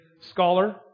scholar